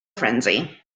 frenzy